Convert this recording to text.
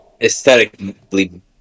aesthetically